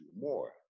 more